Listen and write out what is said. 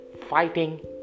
fighting